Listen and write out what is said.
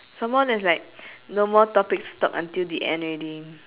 somemore there's like no more topics to talk until the end already